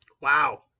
Wow